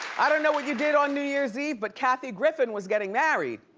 i don't know what you did on new year's eve but kathy griffin was getting married.